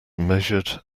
measured